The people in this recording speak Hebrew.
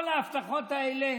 כל ההבטחות האלה,